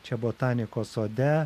čia botanikos sode